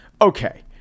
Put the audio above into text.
Okay